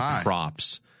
props